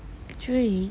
drink